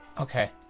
Okay